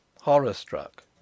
horror-struck